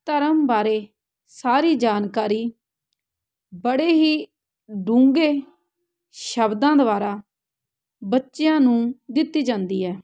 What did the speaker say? ਧਰਮ ਬਾਰੇ ਸਾਰੀ ਜਾਣਕਾਰੀ ਬੜੇ ਹੀ ਡੂੰਘੇ ਸ਼ਬਦਾਂ ਦੁਆਰਾ ਬੱਚਿਆਂ ਨੂੰ ਦਿੱਤੀ ਜਾਂਦੀ ਹੈ